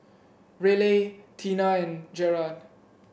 Raleigh Tina and Gerard